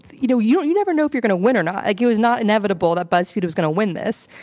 you know, you you never know if you're gonna win or not. like it was not inevitable that buzzfeed was going to win this.